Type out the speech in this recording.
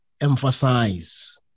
emphasize